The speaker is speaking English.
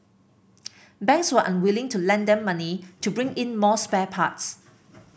banks were unwilling to lend them money to bring in more spare parts